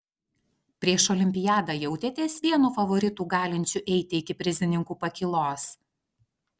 prieš olimpiadą jautėtės vienu favoritų galinčiu eiti iki prizininkų pakylos